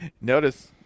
Notice